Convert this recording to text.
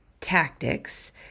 tactics